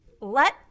let